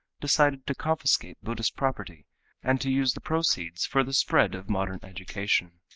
decided to confiscate buddhist property and to use the proceeds for the spread of modern education.